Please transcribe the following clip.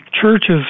churches